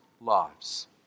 lives